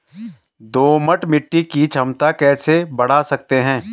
दोमट मिट्टी की क्षमता कैसे बड़ा सकते हैं?